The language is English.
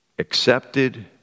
accepted